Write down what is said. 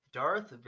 Darth